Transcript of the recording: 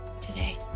today